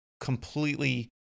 completely